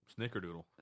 snickerdoodle